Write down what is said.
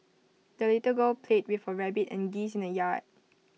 the little girl played with her rabbit and geese in the yard